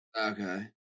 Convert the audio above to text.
Okay